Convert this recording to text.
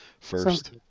first